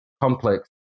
complex